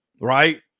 Right